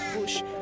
bush